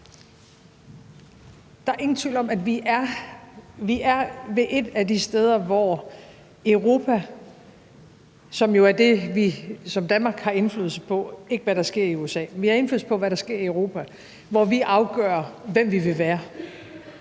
Der er ingen tvivl om, at vi er ved et af de steder, hvor Europa, som jo er det, som Danmark har indflydelse på – det har vi ikke på, hvad der sker i USA, men vi har indflydelse på, hvad der sker i Europa – og hvor vi afgør, hvem vi vil være.